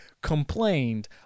complained